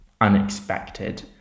unexpected